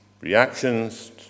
reactions